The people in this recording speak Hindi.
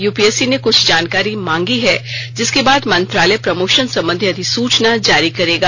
युपीएससी ने कुछ जानकारी मांगी है जिसके बाद मंत्रालय प्रमोशन संबंधी अधिसूचना जारी करेगा